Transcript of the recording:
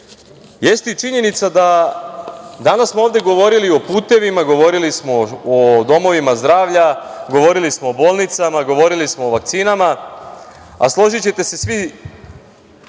jeste i činjenica da smo danas ovde govorili o putevima, govorili smo o domovima zdravlja, govorili smo o bolnicama, govorili smo o vakcinama, a složićete se svi,